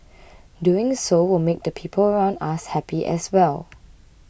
doing so will make the people around us happy as well